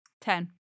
Ten